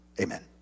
Amen